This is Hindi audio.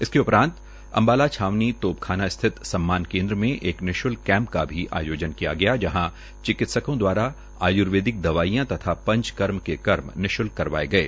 इसके उपरांत अम्बाला छावनी तोपखाना स्थित सम्मान केन्द्र में एक निश्ल्क कैम्प का आयोजन भी किया गया जहां चिकित्सकों दवारा आयर्वेदिक दवाईयों तथा पंचकर्मा के कर्म निश्ल्क करवाए गये